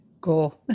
go